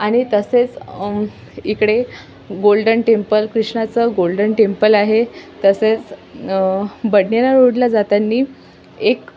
आणि तसेच इकडे गोल्डन टेम्पल कृष्णाचं गोल्डन टेम्पल आहे तसेच बडनेरा रोडला जाताना एक